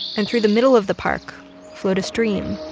and through the middle of the park flowed a stream